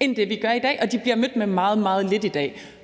end det, vi gør i dag, og de bliver mødt med meget, meget lidt i dag.